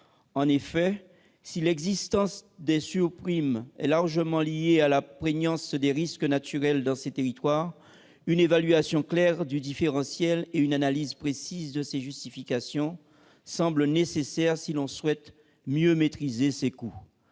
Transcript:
En effet, si l'existence de surprimes est largement liée à la prégnance des risques naturels dans ces territoires, une évaluation claire du différentiel et une analyse précise de ses justifications semblent nécessaires si l'on souhaite mieux maîtriser ces coûts.